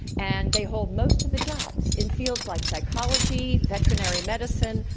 and they hold most of the jobs in fields like psychology, veterinary medicine,